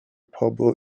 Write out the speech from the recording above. pobl